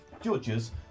judges